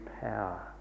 power